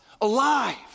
alive